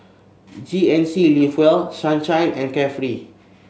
G N C Live Well Sunshine and Carefree